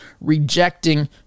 rejecting